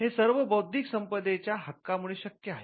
हे सर्व बौद्धिक संपदेच्या हक्का मुळे शक्य आहे